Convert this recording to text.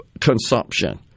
consumption